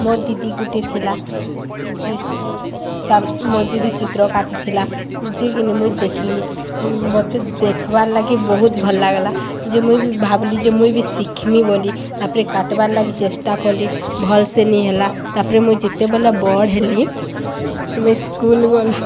ମୋର ଦିଦି ଗୁଟେ ଥିଲା ଯେ ତା ମୋର ଦିଦି ଚିତ୍ର କାଟୁଥିଲା ଯିଏ କିନ୍ ମୁଇଁ ଦେଖ୍ଲି ମୋତେ ଦେଖ୍ବାର୍ ଲାଗି ବହୁତ ଭଲ ଲାଗ୍ଲା ଯେ ମୁଇଁ ବି ଭାବିଲି ଯେ ମୁଇଁ ବି ଶିଖ୍ମି ବୋଲି ତା'ପରେ କାଟବାର୍ ଲାଗି ଚେଷ୍ଟା କଲି ଭଲ ସେନି ହେଲା ତା'ପରେ ମୁଇଁ ଯେତେବେଳେ ବଡ଼୍ ହେଲି ମୁଇଁ ସ୍କୁଲ ଗଲା